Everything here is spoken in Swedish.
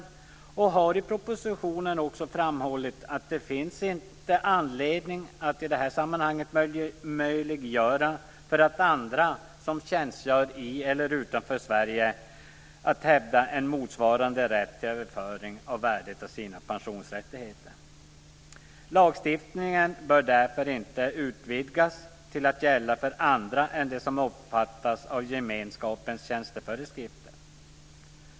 Regeringen har i propositionen framhållit att det inte finns anledning att i detta sammanhang möjliggöra för andra som tjänstgör i eller utanför Sverige att hävda en motsvarande rätt till överföring av värdet av sina pensionsrättigheter. Lagstiftningen bör därför inte utvidgas till att gälla för andra än dem som omfattas av gemenskapens tjänsteföreskrifter.